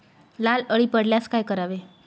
लाल अळी पडल्यास काय करावे?